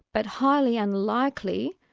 but highly unlikely,